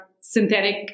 synthetic